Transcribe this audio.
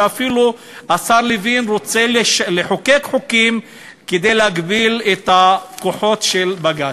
ואפילו השר לוין רוצה לחוקק חוקים כדי להגביל את כוחו של בג"ץ.